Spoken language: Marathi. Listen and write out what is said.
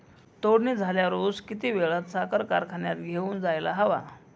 तोडणी झाल्यावर ऊस किती वेळात साखर कारखान्यात घेऊन जायला हवा?